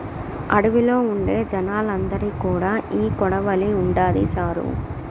అడవిలో ఉండే జనాలందరి కాడా ఈ కొడవలి ఉండాది సారూ